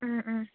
ꯎꯝ ꯎꯝ